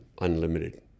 unlimited